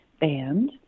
band